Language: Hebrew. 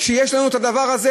כשיש לנו את הדבר הזה,